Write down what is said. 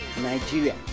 Nigeria